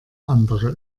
andere